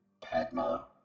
Padma